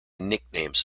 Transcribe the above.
nicknames